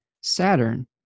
Saturn